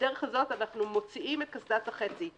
כך אנו מוציאים את קסדת החצי.